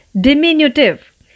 diminutive